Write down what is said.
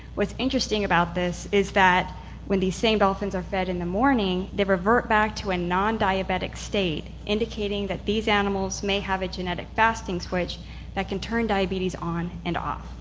what's interesting about this is that when these same dolphins are fed in the morning they revert back to a non-diabetic state, indicating that these animals may have a genetic fasting switch that can turn diabetes on and off.